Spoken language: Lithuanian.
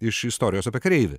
iš istorijos apie kareivį